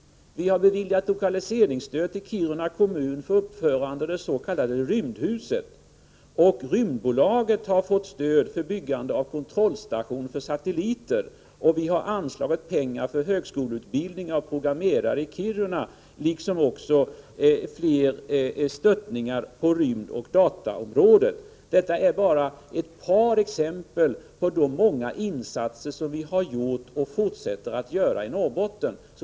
Vi har beviljat stöd till Kiruna kommun för uppförande av det s.k. rymdhuset. Rymdbolaget har fått stöd för byggande av en kontrollstation för satelliter. Vi har också anslagit pengar för högskoleutbildning av programmerare i Kiruna, liksom till stöd på rymdoch dataområdet. Detta är bara ett par exempel på de många insatser vi har gjort och fortsätter att göra i Norrbotten.